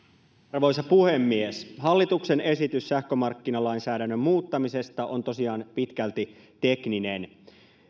arvoisa puhemies hallituksen esitys sähkömarkkinalainsäädännön muuttamisesta on tosiaan pitkälti tekninen